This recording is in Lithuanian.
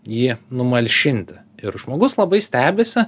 jį numalšinti ir žmogus labai stebisi